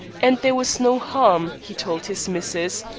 and there was no harm, he told his missus,